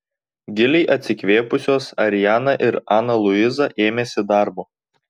giliai atsikvėpusios ariana ir ana luiza ėmėsi darbo